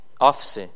office